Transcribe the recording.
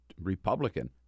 Republican